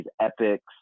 epics